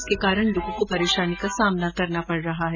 इसके कारण लोगों को परेशानी का सामना करना पड़ रहा हैं